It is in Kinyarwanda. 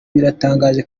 biratangaje